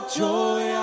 joy